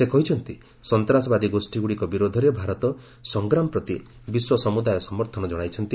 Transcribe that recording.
ସେ କହିଛନ୍ତି ସନ୍ତାସବାଦୀ ଗୋଷ୍ଠୀଗୁଡ଼ିକ ବିରୋଧରେ ଭାରତର ସଂଗ୍ରାମ ପ୍ରତି ବିଶ୍ୱ ସମୁଦାୟ ସମର୍ଥନ ଜଣାଇଛନ୍ତି